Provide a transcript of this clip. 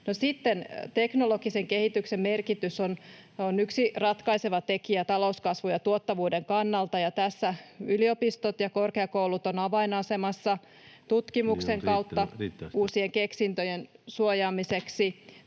teknologisen kehityksen merkitys on yksi ratkaiseva tekijä talouskasvun ja tuottavuuden kannalta, ja tässä yliopistot ja korkeakoulut ovat avainasemassa tutkimuksen kautta. Uusien keksintöjen suojaamiseksi